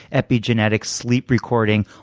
epigenetics, sleep recording,